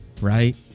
right